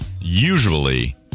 Usually